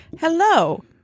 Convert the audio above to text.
Hello